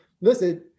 Listen